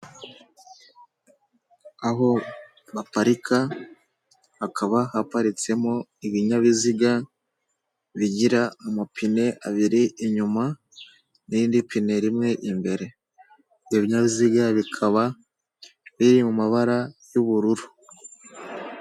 Aho baparika, hakaba haparitsemo ibinyabiziga bigira amapine abiri inyuma n'indi pine rimwe imbere. Ibyo binyabiziga bikaba biri mu mabara y'ubururu.